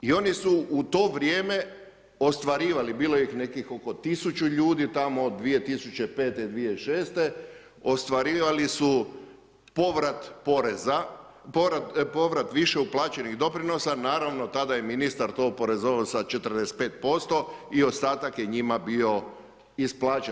I oni su u to vrijeme, ostvarivali, bilo je negdje oko 1000 ljudi, tamo od 2005.-2006. ostvarivali su povrat poreza, povrat više uplaćenih doprinosa, naravno tada je ministar to oporezovao, sa 45% i ostatak je njima bio isplaćen.